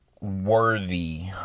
worthy